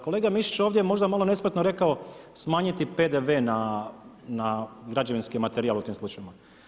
Kolega Mišić ovdje je možda malo nespretno rekao smanjiti PDV na građevinski materijal u tim slučajevima.